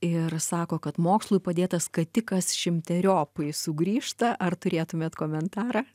ir sako kad mokslui padėtas skatikas šimteriopai sugrįžta ar turėtumėt komentarą